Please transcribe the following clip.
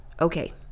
okay